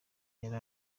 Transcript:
yari